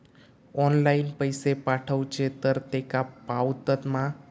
Online पैसे पाठवचे तर तेका पावतत मा?